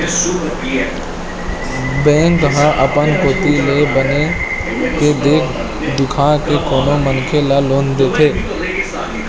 bank ह अपन कोती ले बने के देख दुखा के कोनो मनखे ल लोन देथे